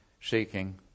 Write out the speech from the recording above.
seeking